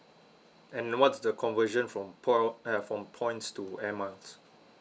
and what's the conversion from poi~ uh from points to air miles